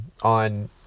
on